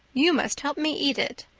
you must help me eat it.